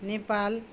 Nepal